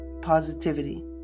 positivity